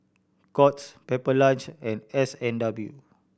Courts Pepper Lunch and S and W